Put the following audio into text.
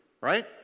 right